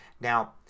Now